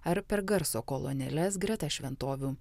ar per garso kolonėles greta šventovių